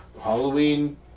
Halloween